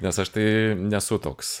nes aš tai nesu toks